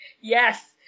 Yes